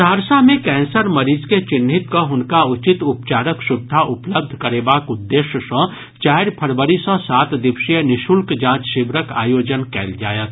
सहरसा मे कैंसर मरीज के चिन्हित कऽ हुनका उचित उपचारक सुविधा उपलब्ध करेबाक उद्देश्य सँ चारि फरवरी सँ सात दिवसीय निःशुल्क जांच शिविरक आयोजन कयल जायत